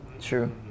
True